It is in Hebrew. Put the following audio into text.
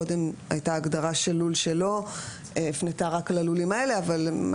קודם הייתה הגדרה של לול שלא הפנתה רק ללולים האלה אבל אני